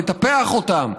לטפח אותם,